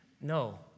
No